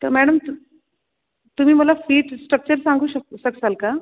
तर मॅडम तु तुम्ही मला फीचं स्ट्रक्चर सांगू शक शकाल का